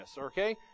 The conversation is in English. okay